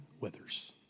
withers